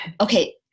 okay